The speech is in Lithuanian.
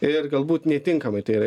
ir galbūt netinkamai tai yra